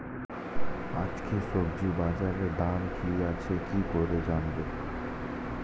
আজকে সবজি বাজারে দাম কি আছে কি করে জানবো?